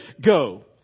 Go